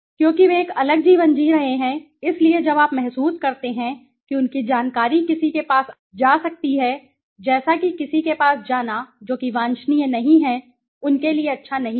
क्योंकि वे एक अलग जीवन जी रहे हैं इसलिए जब आप महसूस करते हैं कि उनकी जानकारी किसी के पास जा सकती है जैसे कि किसी के पास जाना जो कि वांछनीय नहीं है उनके लिए अच्छा नहीं है